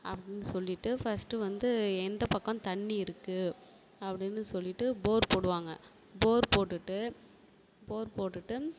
அப்படின்னு சொல்லிவிட்டு ஃபர்ஸ்ட்டு வந்து எந்த பக்கம் தண்ணி இருக்கு அப்படின்னு சொல்லிவிட்டு போர் போடுவாங்க போர் போட்டுவிட்டு போர் போட்டுவிட்டு